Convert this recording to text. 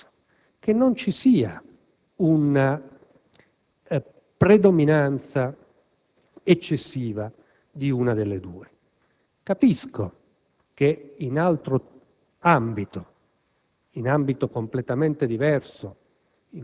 entrambe le parti in causa e che non ci sia una predominanza eccessiva di una delle due parti. Capisco che in altro ambito,